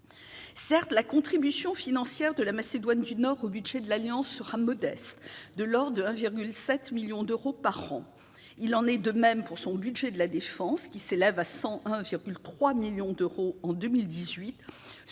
Certes, la contribution financière de la Macédoine du Nord au budget de l'Alliance sera modeste, de l'ordre de 1,7 million d'euros par an. Il en est de même de son budget de la défense, qui s'élève à 101,3 millions d'euros en 2018,